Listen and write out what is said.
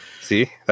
See